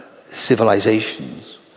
civilizations